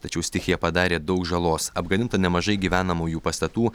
tačiau stichija padarė daug žalos apgadinta nemažai gyvenamųjų pastatų